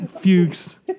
Fuchs